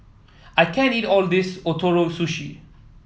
I can't eat all of this Ootoro Sushi